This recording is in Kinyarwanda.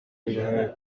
n’uruhare